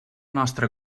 nostre